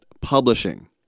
Publishing